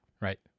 right